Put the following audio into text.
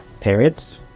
periods